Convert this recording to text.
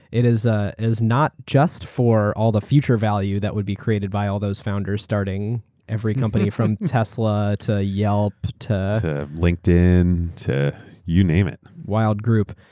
it is ah is not just for all the future value that would be created by all those founders starting every company from tesla to yelp. to linkedin. you name it. wild group.